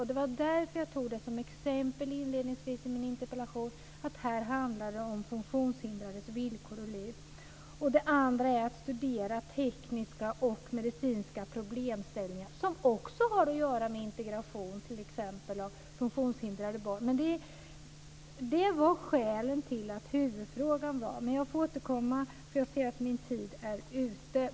Det var därför jag inledningsvis i min interpellation tog som exempel att här handlar det om funktionshindrades villkor och liv. Den andra är att studera tekniska och medicinska problemställningar, som också har att göra med integration av t.ex. funktionshindrade barn. Detta var skälen till min huvudfråga. Jag får återkomma, för jag ser att min talartid är ute.